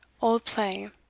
old play.